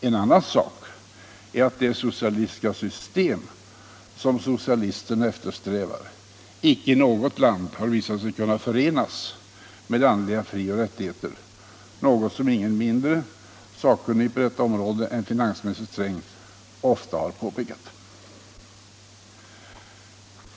En annan sak är att det socialistiska system som socialisterna eftersträvar icke i något land visat sig kunna förenas med andliga frioch rättigheter, något som ingen mindre än en så sakkunnig på detta område som finansminister Sträng ofta har påpekat.